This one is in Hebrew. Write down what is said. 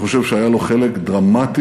אני חושב שהיה לו חלק דרמטי